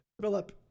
philip